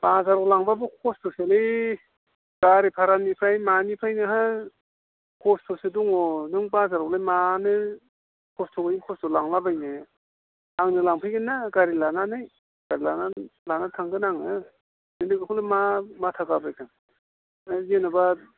बाजाराव लांब्लाबो खस्थ'सोलै गारि भारानिफ्राय मानिफ्राय नोंहा खस्थ'सो दङ नों बाजारावलाय मानो खस्थ'यै खस्थ' लांलाबायनो आंनो लांफैगोन ना गारि लानानै गारि लानानै लाना थांगोन आङो नोंलाय बेखौनो मा माथा जाबाय थादों जेन'बा